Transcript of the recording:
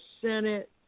Senate